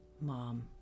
Mom